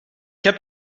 heb